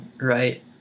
right